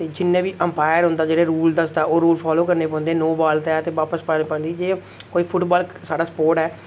ते जिन्ने बी एम्पायर हुंदा जेह्ड़ा रूल दसदा ओह् रूल फालो करने पौंदे नो बाल दा ऐ ते बापस पाने पैंदी जे कोई फुटबाल साढ़ा स्पोर्ट ऐ